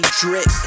drip